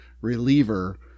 reliever